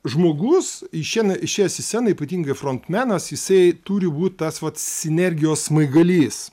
žmogus išeina išėjęs į sceną ypatingai frontmenas jisai turi būt tas vat sinergijos smaigalys